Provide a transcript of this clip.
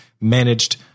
managed